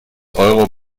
euro